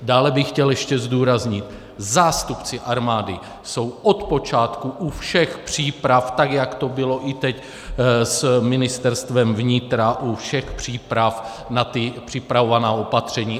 Dále bych chtěl ještě zdůraznit, zástupci armády jsou od počátku u všech příprav, tak jak to bylo i teď, s Ministerstvem vnitra u všech příprav na připravovaná opatření.